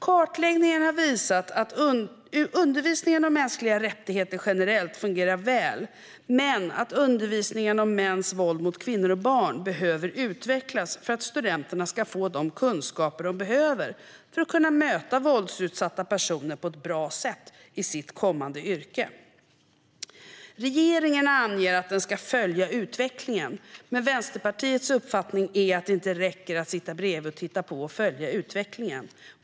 Kartläggningen har visat att undervisningen om mänskliga rättigheter generellt fungerar väl men att undervisningen om mäns våld mot kvinnor och barn behöver utvecklas för att studenterna ska få de kunskaper de behöver för att kunna möta våldsutsatta personer på ett bra sätt i sitt kommande yrke. Regeringen anger att den ska följa utvecklingen, men Vänsterpartiets uppfattning är att det inte räcker att sitta bredvid och titta på och följa utvecklingen.